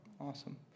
awesome